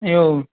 એવું